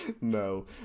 No